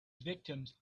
victims